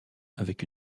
avec